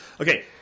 Okay